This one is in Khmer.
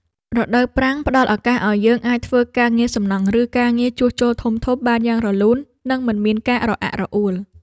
រដូវប្រាំងផ្តល់ឱកាសឱ្យយើងអាចធ្វើការងារសំណង់ ឬការងារជួសជុលធំៗបានយ៉ាងរលូន និងមិនមានការរអាក់រអួល។